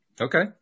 Okay